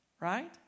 right